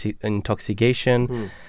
intoxication